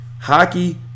Hockey